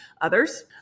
others